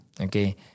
Okay